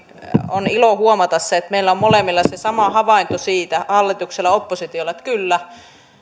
on ilo huomata se että meillä on molemmilla se sama havainto hallituksella ja oppositiolla että kyllä